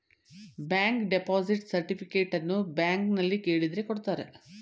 bank deposit ಸರ್ಟಿಫಿಕೇಟನ್ನು ಬ್ಯಾಂಕ್ನಲ್ಲಿ ಕೇಳಿದ್ರೆ ಕೊಡ್ತಾರೆ